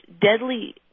deadly